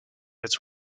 its